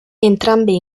entrambi